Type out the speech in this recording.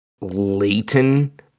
Leighton